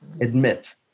admit